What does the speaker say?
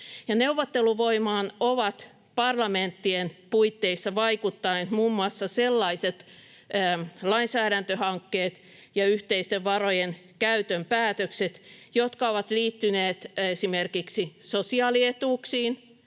neuvotteluvoimaan ovat parlamenttien puitteissa vaikuttaneet muun muassa sellaiset lainsäädäntöhankkeet ja yhteisten varojen käytön päätökset, jotka ovat liittyneet esimerkiksi sosiaalietuuksiin,